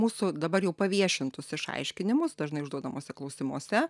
mūsų dabar jau paviešintus išaiškinimus dažnai užduodamuose klausimuose